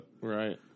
Right